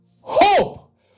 hope